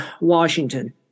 Washington